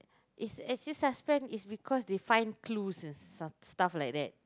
it's as if suspense is because they find clues and stuff stuff like that